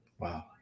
Wow